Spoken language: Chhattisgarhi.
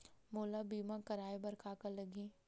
मोला बीमा कराये बर का का लगही?